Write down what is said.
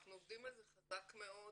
אנחנו עובדים על זה חזק מאוד